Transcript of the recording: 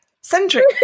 centric